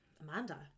Amanda